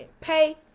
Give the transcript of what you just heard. pay